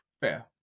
fair